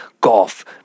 golf